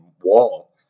wall